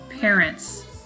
parents